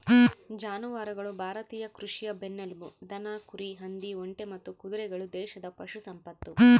ಜಾನುವಾರುಗಳು ಭಾರತೀಯ ಕೃಷಿಯ ಬೆನ್ನೆಲುಬು ದನ ಕುರಿ ಹಂದಿ ಒಂಟೆ ಮತ್ತು ಕುದುರೆಗಳು ದೇಶದ ಪಶು ಸಂಪತ್ತು